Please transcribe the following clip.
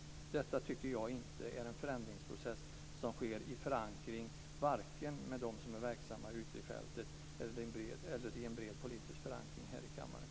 Det tycker jag inte är en förändringsprocess som sker vare sig med förankring bland dem som är verksamma ute på fältet eller med en bred politisk förankring här i kammaren.